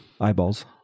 eyeballs